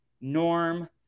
Norm